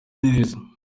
neza